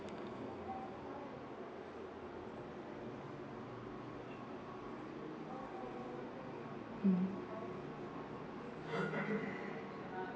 mmhmm